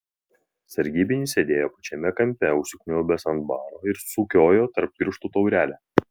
sargybinis sėdėjo pačiame kampe užsikniaubęs ant baro ir sukiojo tarp pirštų taurelę